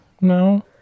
No